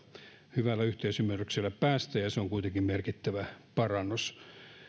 hyvällä yhteisymmärryksellä päästä ja se on kuitenkin merkittävä parannus